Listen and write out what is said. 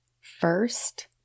first